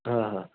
हाँ हाँ